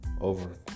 over